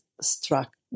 struck